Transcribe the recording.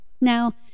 Now